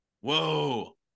Whoa